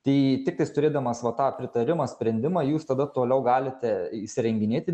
tai tiktais turėdamas va tą pritarimą sprendimą jūs tada toliau galite įsirenginėti